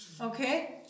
Okay